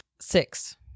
Six